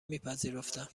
میپذیرفتند